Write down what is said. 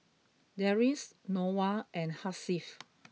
Deris Noah and Hasif